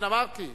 כן, אמרתי.